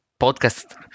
podcast